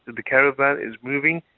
the caravan is moving,